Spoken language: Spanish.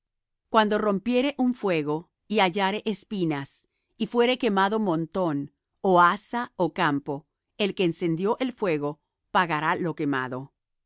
cuando rompiere un fuego y hallare espinas y fuere quemado montón ó haza ó campo el que encendió el fuego pagará lo quemado